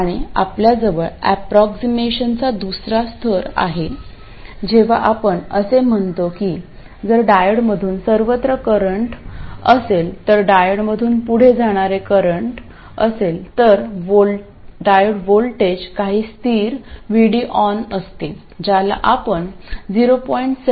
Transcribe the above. आणि आपल्याजवळ ऍप्रॉक्सीमेशनचा दुसरा स्तर आहे जेव्हा आपण असे म्हणतो की जर डायोडमधून सर्वत्र करंट असेल तर डायोडमधून पुढे जाणारे करंट असेल तर डायोड व्होल्टेज काही स्थिर VD ON असते ज्याला आपण 0